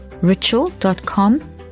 ritual.com